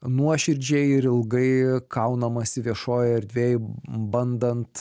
nuoširdžiai ir ilgai kaunamasi viešojoj erdvėj bandant